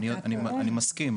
אני מסכים,